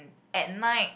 at night